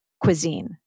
cuisine